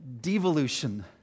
devolution